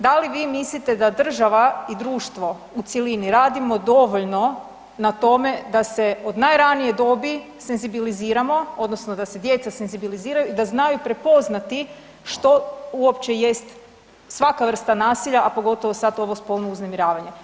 Da li vi mislite da država i društvo u cjelini radimo dovoljno na tome da se od najranije dobi senzibiliziramo odnosno da se djeca senzibiliziraju i da znaju prepoznati što uopće jest svaka vrsta nasilja, a pogotovo sad ovo spolno uznemiravanje.